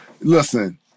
listen